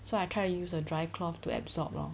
so I try to use a dry cloth to absorb lor